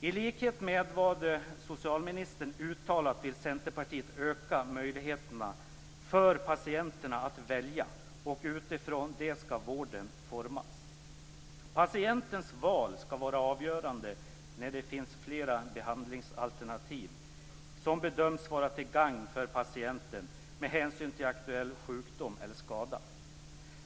I likhet med vad socialministern uttalat vill Centerpartiet öka möjligheterna för patienterna att välja, och utifrån det skall vården formas. Patientens val skall vara avgörande när det finns flera behandlingsalternativ som bedöms vara till gagn för patienten med hänsyn till aktuell sjukdom eller skada.